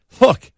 Look